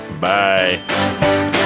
Bye